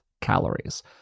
calories